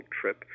trip